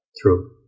true